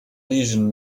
lesion